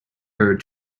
her